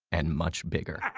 and much bigger.